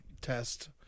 test